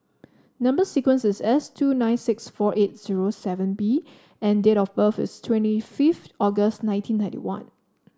number sequence is S two nine six four eight zero seven B and date of birth is twenty fifth August nineteen ninety one